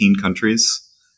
countries